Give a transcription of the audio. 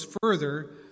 further